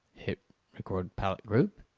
hit record palette group,